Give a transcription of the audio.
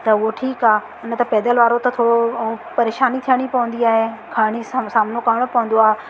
त उहो ठीकु आहे न त पैदल वारो त थोरो ऐं परेशानी थियणी पवंदी आहे खणी सम सामनो करिणो पवंदो आहे